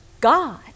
God